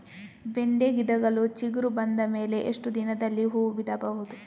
ಬೆಂಡೆ ಗಿಡಗಳು ಚಿಗುರು ಬಂದ ಮೇಲೆ ಎಷ್ಟು ದಿನದಲ್ಲಿ ಹೂ ಬಿಡಬಹುದು?